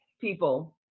people